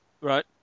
Right